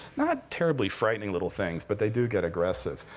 not terribly frightening little things, but they do get aggressive.